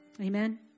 Amen